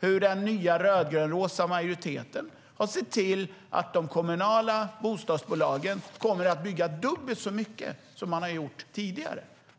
hur den nya rödgrönrosa majoriteten har sett till att de kommunala bostadsbolagen kommer att bygga dubbelt så mycket som de har gjort tidigare.